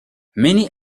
many